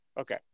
Okay